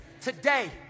Today